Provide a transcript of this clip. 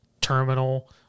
terminal